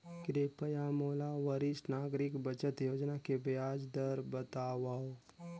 कृपया मोला वरिष्ठ नागरिक बचत योजना के ब्याज दर बतावव